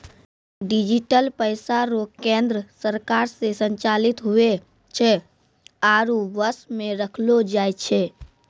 digital पैसा रो केन्द्र सरकार से संचालित हुवै छै आरु वश मे रखलो जाय छै